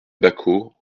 baquo